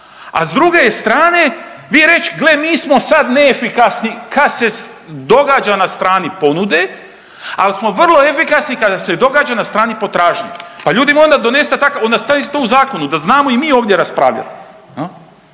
a s druge je strane, vi reći, gle, mi smo sad neefikasni, kad se događa na strani ponude, ali smo vrlo efikasni kada se događa na strani potražnje. Po ljudi, onda donesite takav, onda stavite to u zakonu da znamo i mi ovdje raspravljati.